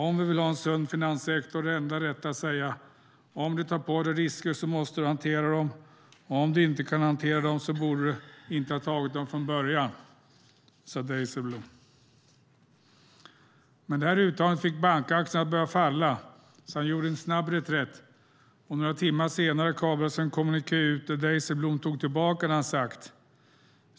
Om vi vill ha en sund finanssektor är det enda rätta att säga: Om du tar på dig risker måste du hantera dem, och om du inte kan hantera dem så borde du inte ha tagit dem från början. Så sade Dijsselbloem. Men detta uttalande fick bankaktierna att falla, så han gjorde en snabb reträtt. Några timmar senare kablades en kommuniké ut, där Dijsselbloem tog tillbaka det han hade sagt.